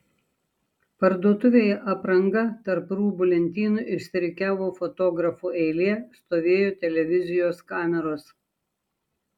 parduotuvėje apranga tarp rūbų lentynų išsirikiavo fotografų eilė stovėjo televizijos kameros